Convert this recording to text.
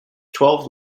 twelve